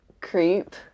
Creep